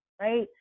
right